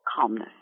calmness